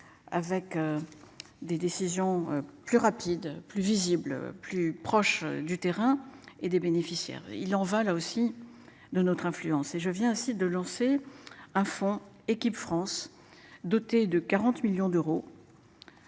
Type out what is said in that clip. avec. Des décisions plus rapides, plus visible, plus proche du terrain et des bénéficiaires. Il en va là aussi de notre influence et je vient ainsi de lancer à fond, équipe, France, doté de 40 millions d'euros.